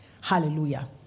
Hallelujah